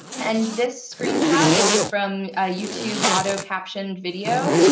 and this screenshot is from a youtube auto-captioned video.